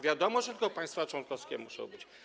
Wiadomo, że tylko państwa członkowskie muszą być.